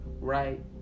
right